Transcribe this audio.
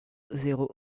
zéro